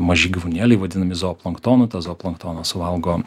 maži gyvūnėliai vadinami zooplanktonu tą zooplanktoną suvalgo